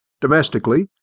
Domestically